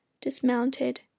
dismounted